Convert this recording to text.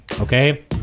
okay